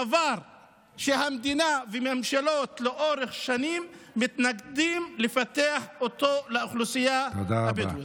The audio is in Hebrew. דבר שלאורך שנים המדינה והממשלות מתנגדות לפתח לאוכלוסייה הבדואית.